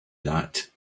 that